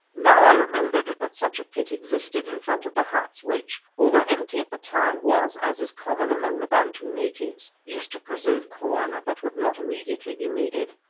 now i remembered that such a pit existed in front of the huts which, although empty at the time, was, as is common among the bantu natives, used to preserve corn that would not immediately be needed.